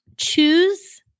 Choose